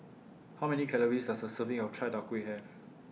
How Many Calories Does A Serving of Chai Tow Kuay Have